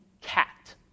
cat